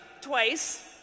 twice